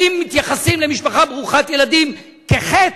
האם מתייחסים למשפחה ברוכת ילדים כחטא,